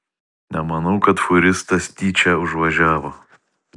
nemanau kad fūristas tyčia užvažiavo